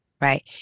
right